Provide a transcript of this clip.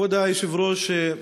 כבוד היושב-ראש,